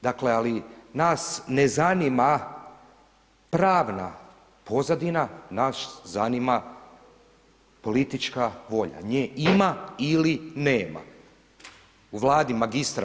Dakle, ali nas ne zanima pravna pozadina, nas zanima politička volja, nje ima ili nema, u Vladi mg.